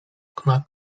okna